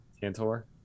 Tantor